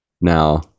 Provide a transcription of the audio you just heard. Now